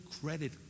credit